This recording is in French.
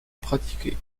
pratiqué